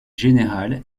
générale